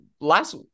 last